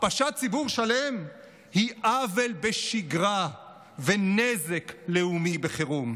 הכפשת ציבור שלם היא עוול בשגרה ונזק לאומי בחירום.